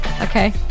Okay